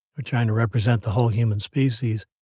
we're trying to represent the whole human species.